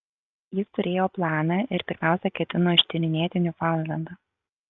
jis turėjo planą ir pirmiausia ketino ištyrinėti niufaundlendą